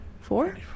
four